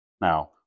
Now